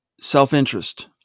Self-interest